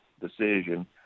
decision